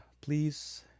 please